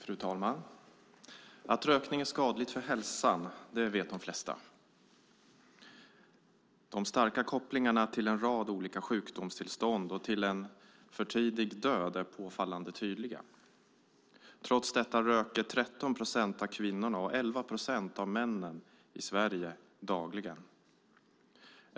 Fru talman! Att rökning är skadligt för hälsan vet de flesta. De starka kopplingarna till en rad olika sjukdomstillstånd och till en för tidig död är påfallande tydliga. Trots detta röker 13 procent av kvinnorna och 11 procent av männen i Sverige dagligen.